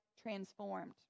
transformed